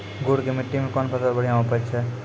गुड़ की मिट्टी मैं कौन फसल बढ़िया उपज छ?